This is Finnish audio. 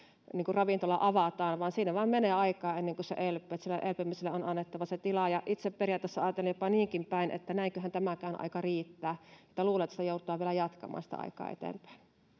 ravintola avataan vaan siinä vain menee aikaa ennen kuin se elpyy sille elpymiselle on annettava se tila itse periaatteessa ajattelen jopa niinkin päin että näinköhän tämäkään aika riittää luulen että sitä aikaa joudutaan vielä jatkamaan eteenpäin